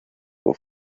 vor